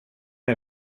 jag